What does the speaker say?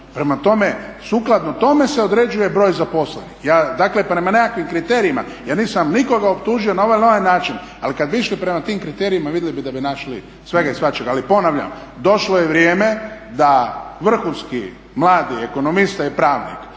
Prema tome, sukladno tome se određuje broj zaposlenih. Dakle prema nekakvim kriterijima. Ja nisam nikoga optužio na ovaj ili ona način ali kad bi išli prema tim kriterijima vidjeli bi da bi našli svega i svačega. Ali ponavljam, došlo je vrijeme da vrhunski mladi ekonomista i pravnik